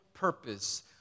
Purpose